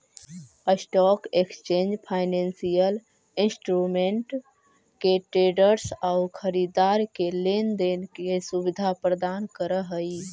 stock exchange financial instrument के traders आउ खरीदार के लेन देन के सुविधा प्रदान करऽ हइ